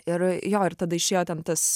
ir jo ir tada išėjo ten tas